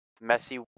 messy